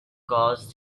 cause